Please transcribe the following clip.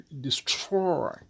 destroy